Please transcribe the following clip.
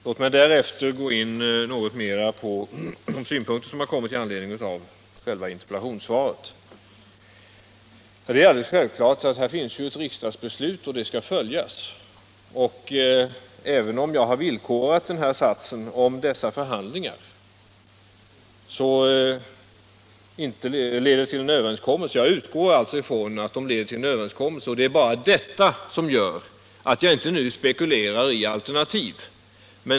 Låt mig därefter gå in något mera på de synpunkter som framförts med anledning av själva interpellationssvaret. Här finns ett riksdagsbeslut, och det är självklart att detta skall följas. Även om jag har villkorat satsen ”om dessa förhandlingar leder till en uppgörelse”, utgår jag ifrån att förhandlingarna leder till en överenskommelse. Det är bara detta som gör att jag inte nu spekulerar i alternativ.